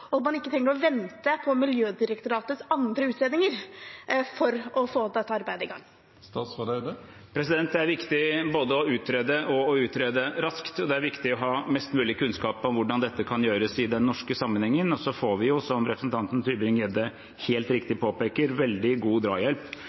og at man ikke trenger å vente på Miljødirektoratets andre utredninger for å få i gang dette arbeidet. Det er viktig både å utrede og å utrede raskt. Det er viktig å ha mest mulig kunnskap om hvordan dette kan gjøres i den norske sammenhengen, og så får vi, som representanten Tybring-Gjedde helt riktig påpeker, veldig god drahjelp